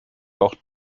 auch